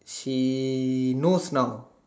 she knows now